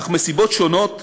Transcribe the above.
אך מסיבות שונות,